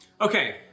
Okay